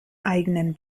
eigenen